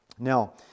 Now